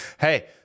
Hey